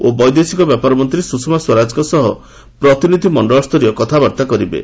ଓ ବୈଦେଶିକ ମନ୍ତ୍ରୀ ସୁଷମା ସ୍ପରାଜଙ୍କ ସହ ପ୍ରତିନିଧବ ମଣ୍ଡଳ ସ୍ତରୀୟ କଥାବାର୍ତ୍ତା କରିବେ